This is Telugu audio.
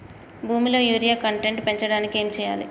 భూమిలో యూరియా కంటెంట్ పెంచడానికి ఏం చేయాలి?